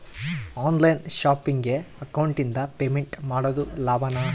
On line ಶಾಪಿಂಗಿಗೆ ಅಕೌಂಟಿಂದ payment ಮಾಡೋದು ಲಾಭಾನ?